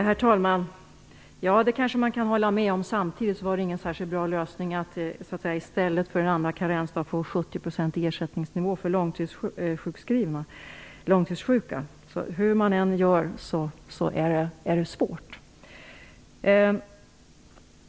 Herr talman! Ja, det kan jag hålla med om. Samtidigt var det inte en särskilt bra lösning att i stället för en andra karensdag införa 70 % ersättningsnivå för långtidssjuka. Hur man än gör är det svårt.